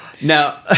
Now